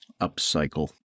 upcycle